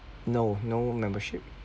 no no membership